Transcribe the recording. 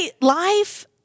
life